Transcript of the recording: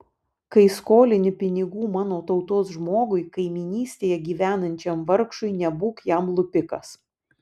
kai skolini pinigų mano tautos žmogui kaimynystėje gyvenančiam vargšui nebūk jam lupikas